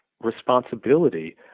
responsibility